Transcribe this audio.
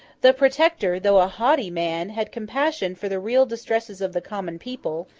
the protector, though a haughty man, had compassion for the real distresses of the common people,